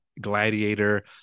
Gladiator